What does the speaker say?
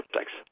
Thanks